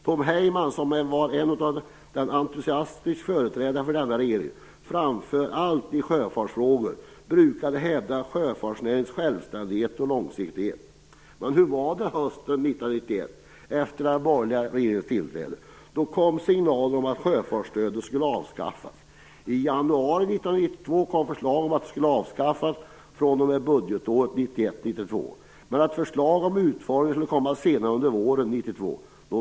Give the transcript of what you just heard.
Tom Heyman, som var en entusiastisk företrädare för denna regering i framför allt sjöfartsfrågor, brukar hävda sjöfartsnäringens självständighet och långsiktighet. Men hur var det hösten 1991 efter den borgerliga regeringens tillträde? Då kom signaler om att sjöfartsstödet skulle avskaffas. I januari 1992 kom förslag om att det skulle avskaffas fr.o.m. budgetåret 1991/92, men ett förslag om utformningen skulle komma senare under våren 1992.